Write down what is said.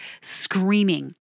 screaming